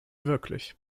wirklich